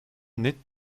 net